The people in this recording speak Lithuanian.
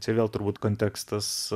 čia vėl turbūt kontekstas